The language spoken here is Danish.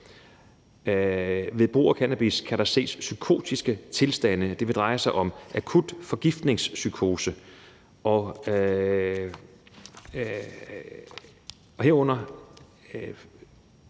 Ved brug af cannabis kan der ses psykotiske tilstande. Det vil dreje sig om akut forgiftningspsykose. Herunder